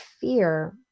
fear